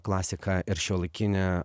klasiką ir šiuolaikinę